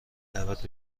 دعوت